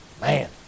man